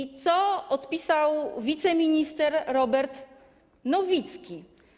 I co odpisał wiceminister Robert Nowicki?